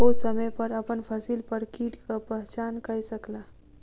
ओ समय पर अपन फसिल पर कीटक पहचान कय सकला